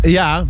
ja